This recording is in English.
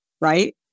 Right